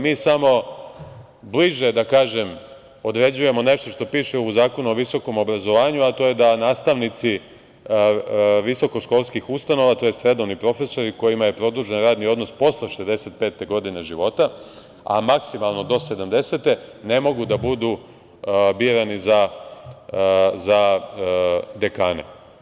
Mi smo bliže, da kažem, određujemo nešto što piše u Zakonu o visokom obrazovanju, a to je da nastavnici visokoškolskih ustanova tj. redovni profesori kojima je produžen radni odnos posle 65 godine života, a maksimalno do 70, ne mogu da budu birani za dekane.